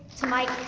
to my